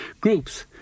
groups